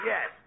Yes